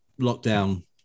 lockdown